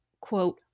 quote